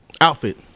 outfit